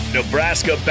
Nebraska